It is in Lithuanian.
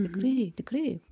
tikrai tikrai